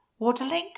waterlink